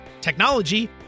technology